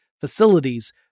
facilities